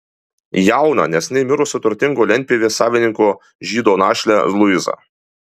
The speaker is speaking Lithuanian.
jauną neseniai mirusio turtingo lentpjūvės savininko žydo našlę luizą